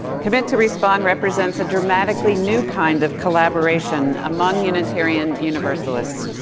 committed two respond represents a dramatically new kind of collaboration among unitarian universalists.